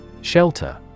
Shelter